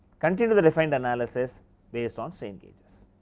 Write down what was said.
continue the refined analysis based on strain gauges.